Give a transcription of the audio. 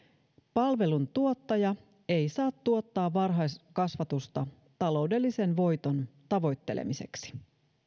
palveluntuottaja ei saa tuottaa varhaiskasvatusta taloudellisen voiton tavoittelemiseksi